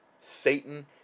Satan